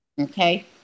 Okay